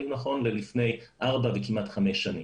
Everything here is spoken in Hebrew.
האם נכון ללפני ארבע וכמעט חמש שנים.